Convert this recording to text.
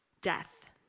death